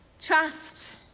trust